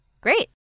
Great